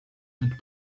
and